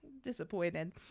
Disappointed